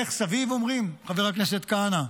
"לך סביב", אומרים, חבר הכנסת כהנא?